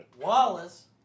Wallace